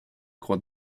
croix